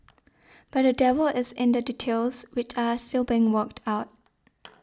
but the devil is in the details which are still being worked out